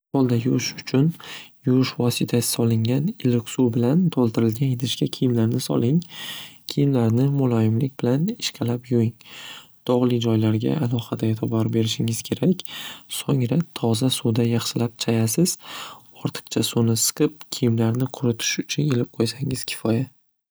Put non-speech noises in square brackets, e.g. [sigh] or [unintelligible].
[unintelligible] Yuvish uchun yuvish vositasi solingan iliq suv bilan to'ldirilgan idishga kiyimlarni soling. Kiyimlarni muloyimlik bilan ishqalab yuving. Dog'li joylarga alohida e'tibor berishingiz kerak. So'ngra toza suvda yaxshilab chayasiz ortiqcha suvni siqib kiyimlarni quritish uchun ilib qo'ysangiz kifoya.